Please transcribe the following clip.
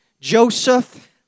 Joseph